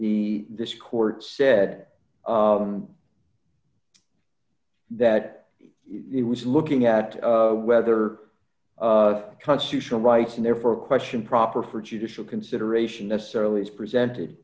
the this court said that it was looking at whether constitutional rights and therefore a question proper for judicial consideration necessarily as presented